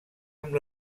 amb